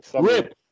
Rip